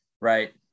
right